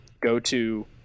go-to